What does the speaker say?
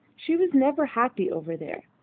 she was never happy over there.